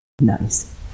Nice